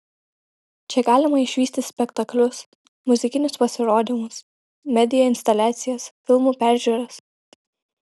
čia galima išvysti spektaklius muzikinius pasirodymus media instaliacijas filmų peržiūras